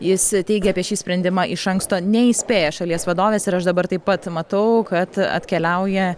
jis teigė apie šį sprendimą iš anksto neįspėjęs šalies vadovės ir aš dabar taip pat matau kad atkeliauja